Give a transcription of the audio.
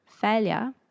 failure